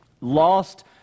lost